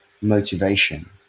motivation